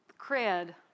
cred